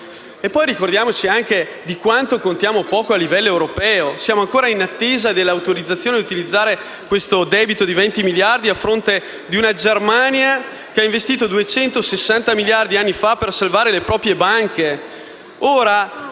fosse. Ricordiamoci poi di quanto poco contiamo a livello europeo: siamo ancora in attesa dell'autorizzazione per utilizzare questo debito di 20 miliardi a fronte di una Germania che anni fa ha investito 260 miliardi per salvare le proprie banche.